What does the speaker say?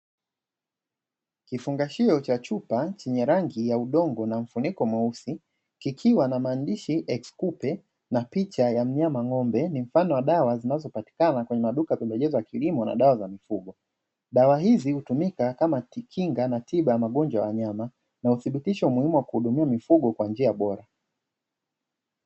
Kifungashio cha chupa chenye rangi ya udongo na mfuniko mweusi kikiwa na maandishi "EX-KUPE" na picha ya mnyama ng'ombe mfano wa dawa zinazopatikana kwenye maduka ya pembejeo za kilimo na dawa za mifugo. Dawa hizi hutumika kama kinga na tiba ya magonjwa ya wanyama, na uthibitisho muhimu wa kuhudumia mifugo kwa njia bora.